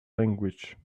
language